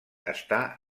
està